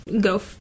go